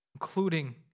including